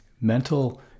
Mental